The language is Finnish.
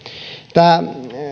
tämä